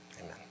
Amen